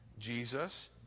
Jesus